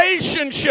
relationship